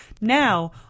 now